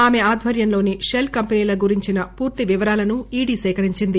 ఆమె ఆధ్వర్యంలోని షెల్ కంపెనీల గురించిన పూర్తి వివరాలను ఈడీ సేకరించింది